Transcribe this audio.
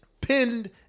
Pinned